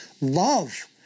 Love